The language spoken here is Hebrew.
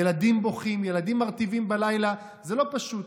ילדים בוכים, ילדים מרטיבים בלילה, זה לא פשוט.